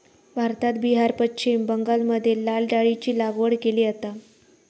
भारतात बिहार, पश्चिम बंगालमध्ये लाल डाळीची लागवड केली जाता